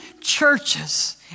churches